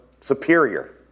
superior